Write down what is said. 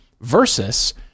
Versus